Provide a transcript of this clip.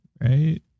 Right